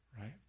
right